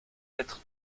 lettres